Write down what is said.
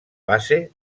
base